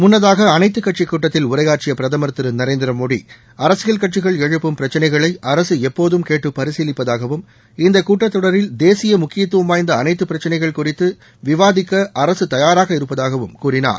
முன்னதாக அனைத்து கட்சி கூட்டத்தில் உரையாற்றிய பிரதமர் திரு நரேந்திர மோடி அரசியல் கட்சிகள் எழுப்பும் பிரச்சினைகளை அரசு எப்போதும் கேட்டு பரிசீலிப்பதாகவும் இந்த கூட்டத் தொடரில் தேசிய முக்கியத்துவம் வாய்ந்த அனைத்து பிரச்சினைகள் குறித்து விவாதிக்க அரசு தயாராக இருப்பதாகவும் கூறினார்